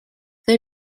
they